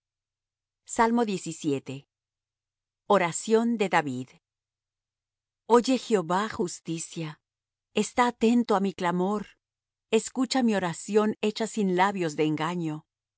oración de david oye oh jehová justicia está atento á mi clamor escucha mi oración hecha sin labios de engaño